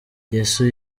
yesu